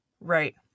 Right